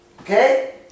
Okay